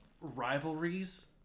rivalries